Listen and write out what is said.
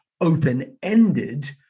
open-ended